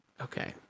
Okay